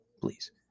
please